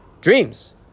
dreams